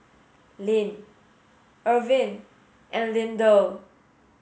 Ilene Irvin and Lindell